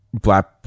black